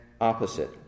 opposite